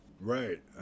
Right